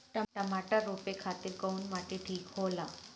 टमाटर रोपे खातीर कउन माटी ठीक होला?